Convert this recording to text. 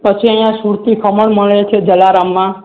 પછી અહીંયાં સૂરતી ખમણ મળે છે જલારામમાં